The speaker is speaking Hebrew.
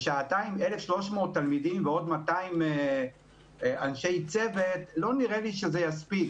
בשעתיים 1,300 תלמידים ועוד 200 אנשי צוות לא נראה לי שזה מספיק.